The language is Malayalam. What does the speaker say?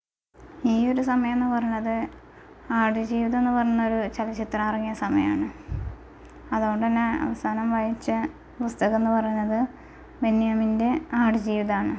ഈ ഒരു സമയമെന്ന് പറയുന്നത് ആട്ജീവിതം എന്ന് പറഞ്ഞൊരു ചലച്ചിത്രം ഇറങ്ങിയ സമയമാണ് അതുകൊണ്ടന്നെ അവസാനം വായിച്ച പുസ്തകമെന്ന് പറയുന്നത് ബെന്ന്യാമിന്റെ ആട്ജീവിതാണ്